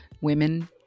women